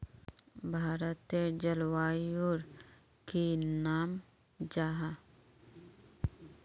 भारतेर जलवायुर की नाम जाहा?